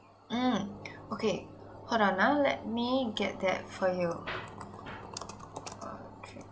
mm okay hold on ah let me get that for you